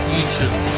YouTube